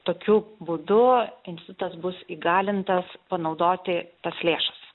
tokių būdu instutas bus įgalintas panaudoti tas lėšas